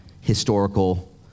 historical